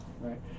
Right